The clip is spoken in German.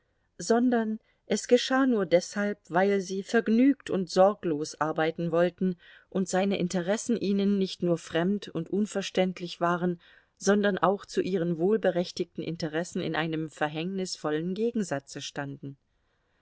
sondern es geschah nur deshalb weil sie vergnügt und sorglos arbeiten wollten und seine interessen ihnen nicht nur fremd und unverständlich waren sondern auch zu ihren wohlberechtigten interessen in einem verhängnisvollen gegensatze standen